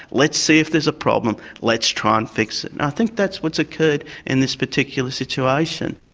let's see if there's a problem, let's try and fix it. and i think that's what's occurred in this particular situation.